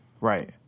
Right